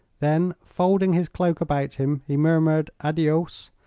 then, folding his cloak about him, he murmured adios!